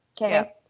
Okay